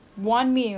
one meal